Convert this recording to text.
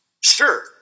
Sure